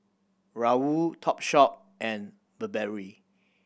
Raoul Topshop and Burberry